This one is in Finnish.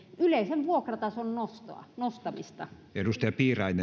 yleisen vuokratason nostamista